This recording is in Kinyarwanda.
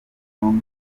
zombi